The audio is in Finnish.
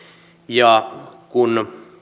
taakkaa kun tätä